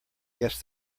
guess